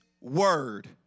word